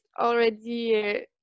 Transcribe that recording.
already